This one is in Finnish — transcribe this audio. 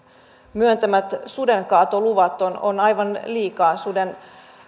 myöntämät sudenkaatoluvat ovat aivan liikaa suden